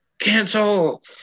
cancel